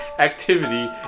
activity